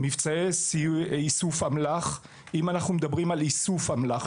מבצעי איסוף אמל״ח: אם אנחנו מדברים על איסוף אמל״ח,